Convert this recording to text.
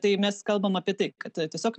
tai mes kalbam apie tai kad tiesiog